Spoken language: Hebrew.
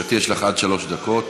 גברתי, יש לך עד שלוש דקות.